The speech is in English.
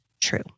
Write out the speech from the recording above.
true